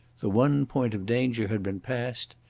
the one point of danger had been passed.